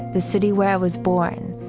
the city where i was born.